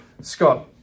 Scott